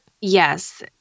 Yes